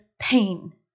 pain